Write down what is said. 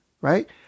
right